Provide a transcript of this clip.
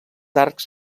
arcs